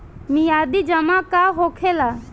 मियादी जमा का होखेला?